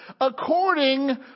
according